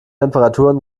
temperaturen